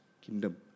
kingdom